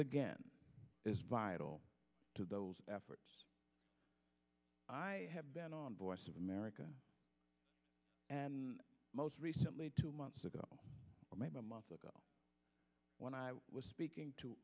again is vital to those efforts i have been on voice of america most recently two months ago or maybe a month ago when i was speaking to